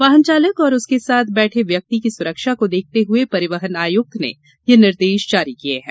वाहन चालक और उसके साथ बैठे व्यक्ति की सुरक्षा को देखते हुए परिवहन आयुक्त ने ये निर्देश जारी किए हैं